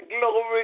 glory